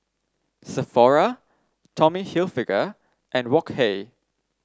Sephora Tommy Hilfiger and Wok Hey